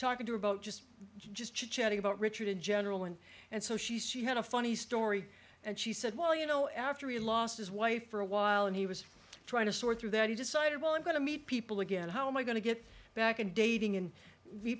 talking to about just just chatting about richard in general and and so she's she had a funny story and she said well you know after he lost his wife for a while and he was trying to sort through that he decided well i'm going to meet people again how am i going to get back and dating